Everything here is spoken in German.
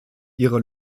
ihre